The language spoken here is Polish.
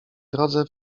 drodze